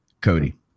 Cody